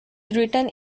written